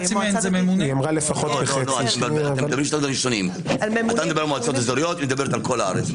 אתה מדבר על מועצות אזוריות והיא מדברת על כל הארץ.